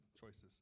choices